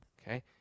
okay